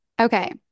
Okay